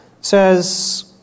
says